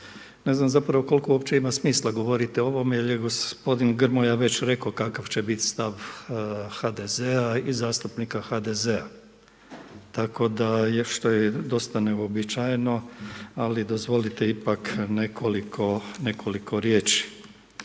Ne znam zapravo koliko uopće ima smisla govoriti o ovome jer je gospodin Grmoja već rekao kakav će biti stav HDZ-a i zastupnika HDZ-a, tako da je, što je dosta neuobičajeno ali dozvolite ipak nekoliko riječi.